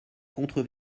contre